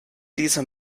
diese